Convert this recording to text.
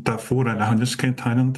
ta fūra liaudiškai tariant